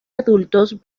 adultos